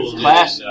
class